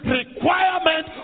requirement